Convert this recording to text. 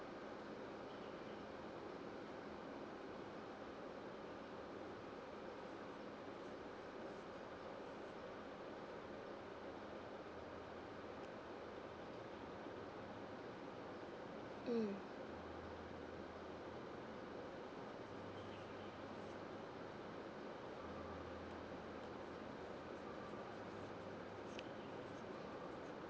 mm